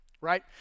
right